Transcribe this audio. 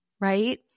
right